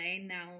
now